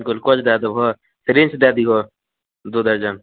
glucose दै देबहो syringe दै दीहो दू दर्जन